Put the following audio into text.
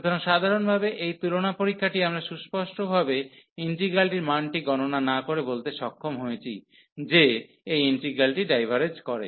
সুতরাং সাধারণভাবে এই তুলনা পরীক্ষাটি আমরা সুস্পষ্টভাবে ইন্টিগ্রালটির মানটি গণনা না করে বলতে সক্ষম হয়েছি যে এই ইন্টিগ্রালটি ডাইভারেজ করে